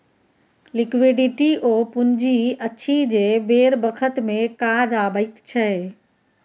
liquidity ओ पुंजी अछि जे बेर बखत मे काज अबैत छै